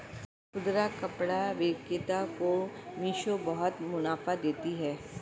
खुदरा कपड़ा विक्रेता को मिशो बहुत मुनाफा देती है